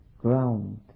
ground